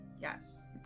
Yes